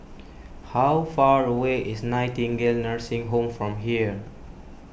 how far away is Nightingale Nursing Home from here